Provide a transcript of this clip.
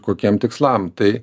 kokiem tikslam tai